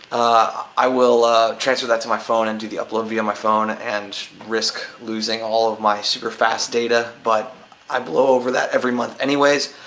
i will transfer that to my phone and do the upload via my phone and risk losing all of my super-fast data, but i blow over that every month anyways.